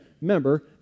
member